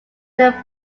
then